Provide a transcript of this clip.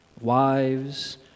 wives